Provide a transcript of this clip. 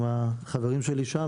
עם החברים שלי שם,